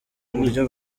buryo